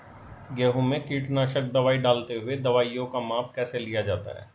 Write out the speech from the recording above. गेहूँ में कीटनाशक दवाई डालते हुऐ दवाईयों का माप कैसे लिया जाता है?